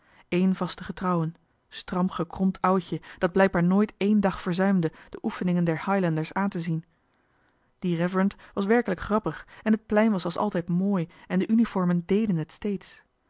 één vasten getrouwe stram gekromd oudje dat blijkbaar nooit één dag verzuimde de oefeningen der highlanders aan te zien die reverend was werkelijk grappig en het plein was als altijd mooi en de uniformen déden het steeds